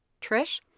Trish